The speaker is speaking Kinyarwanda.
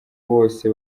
bose